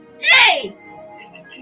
hey